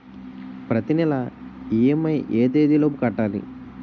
ప్రతినెల ఇ.ఎం.ఐ ఎ తేదీ లోపు కట్టాలి?